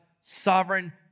sovereign